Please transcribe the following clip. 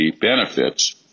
benefits